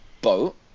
boat